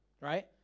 right